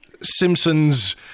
Simpsons